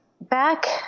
back